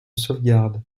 sauvegarde